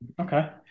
Okay